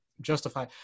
justify